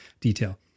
detail